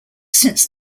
since